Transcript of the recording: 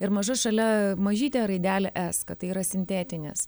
ir maža šalia mažytė raidelė s kad tai yra sintetinis